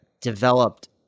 developed